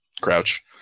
Crouch